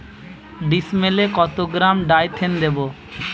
ডিস্মেলে কত গ্রাম ডাইথেন দেবো?